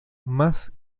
más